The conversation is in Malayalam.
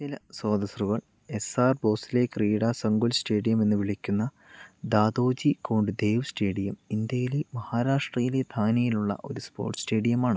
ചില സ്രോതസ്സുകൾ S R Bhosale Krida Sankul stadium എന്ന് വിളിക്കുന്ന ദാദോജി കോണ്ട്ദേവ് സ്റ്റേഡിയം ഇന്ത്യയിലെ മഹാരാഷ്ട്രയിലെ താനെയിലുള്ള ഒരു സ്പോർട്സ് സ്റ്റേഡിയമാണ്